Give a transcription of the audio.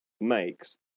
makes